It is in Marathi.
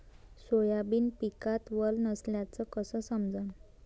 सोयाबीन पिकात वल नसल्याचं कस समजन?